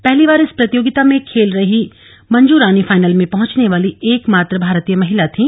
पहली बार इस प्रतियोगिता में खेल रही मंजू रानी फाइनल में पहुंचने वाली एक मात्र भारतीय महिला थी